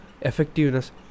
effectiveness